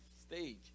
Stage